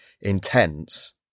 intense